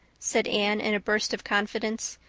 said anne in a burst of confidence,